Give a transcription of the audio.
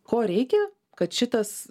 ko reikia kad šitas